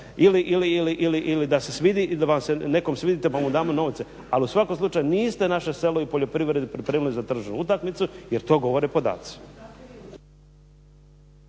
Podmićivanje ili da se nekom svidite pa mu damo novce? Ali u svakom slučaju niste naše selo i poljoprivredu pripremili za tržišnu utakmicu jer to govore podaci.